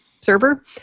server